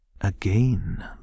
Again